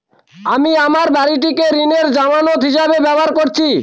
আমি আমার বাড়িটিকে ঋণের জামানত হিসাবে ব্যবহার করেছি